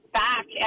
back